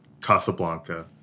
Casablanca